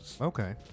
Okay